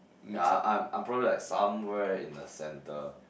ya I'm I'm probably like somewhere in the center